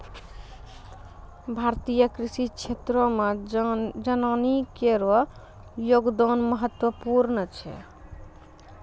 भारतीय कृषि क्षेत्रो मे जनानी केरो योगदान महत्वपूर्ण छै